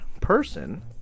person